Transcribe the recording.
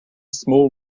small